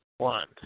One